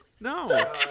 No